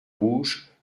rouges